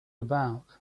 about